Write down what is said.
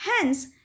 Hence